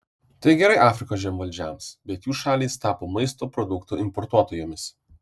tai gerai afrikos žemvaldžiams bet jų šalys tapo maisto produktų importuotojomis